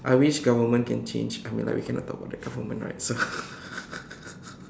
I wish government can change I mean like we cannot talk about the government right so